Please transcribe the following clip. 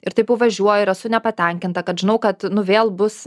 ir taip važiuoju ir esu nepatenkinta kad žinau kad nu vėl bus